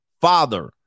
father